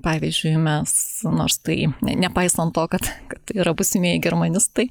pavyzdžiui mes nors tai nepaisant to kad yra būsimieji germanistai